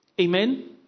Amen